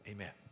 Amen